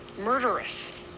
murderous